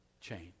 change